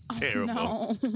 Terrible